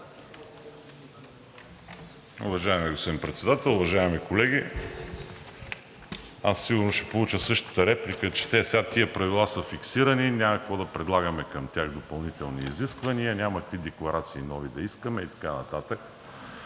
Уважаеми господин Председател, уважаеми колеги! Аз сигурно ще получа същата реплика, че те сега тези правила са фиксирани, няма какво да предлагаме към тях допълнителни изисквания, няма какви декларации нови да искаме и така нататък,